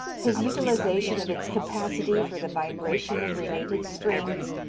his utilization of its capacity for the vibration of related strings,